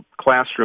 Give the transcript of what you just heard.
classroom